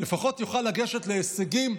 לפחות יוכל להגיע להישגים,